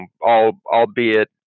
albeit